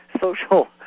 social